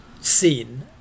scene